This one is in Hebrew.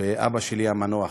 באבא שלי, המנוח,